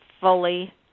Fully